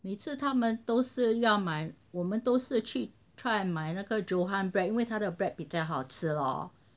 每次他们都是要买我们都是去 try 买那个 Johan Bread 因为他的 bread 比较好吃 lor